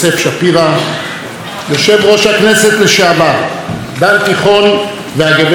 יושב-ראש הכנסת לשעבר דן תיכון והגברת לודמילה תיכון,